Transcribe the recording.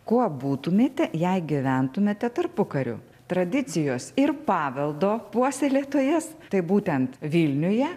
kuo būtumėte jei gyventumėte tarpukariu tradicijos ir paveldo puoselėtojas tai būtent vilniuje